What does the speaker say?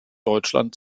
deutschland